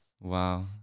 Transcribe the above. Wow